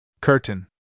Curtain